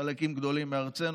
חלקים גדולים מארצנו.